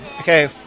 okay